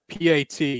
PAT